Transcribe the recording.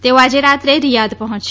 તેઓ આજે રાત્રે રિયાધ પહોંચશે